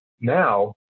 now